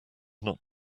not